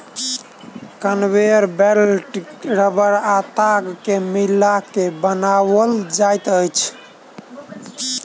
conveyor belt रबड़ आ ताग के मिला के बनाओल जाइत छै